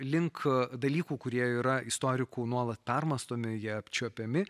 link dalykų kurie yra istorikų nuolat permąstomi jie apčiuopiami